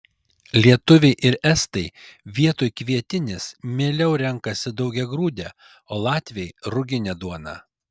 lietuviai ir estai vietoj kvietinės mieliau renkasi daugiagrūdę o latviai ruginę duoną